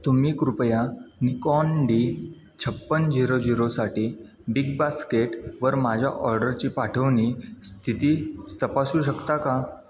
तुम्ही कृपया Nikon D छप्पन्न झिरो झिरोसाठी बिग बास्केटवर माझ्या ऑर्डरची पाठवणी स्थिती तपासू शकता का